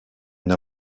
une